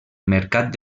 mercat